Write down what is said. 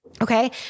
Okay